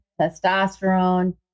testosterone